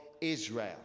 Israel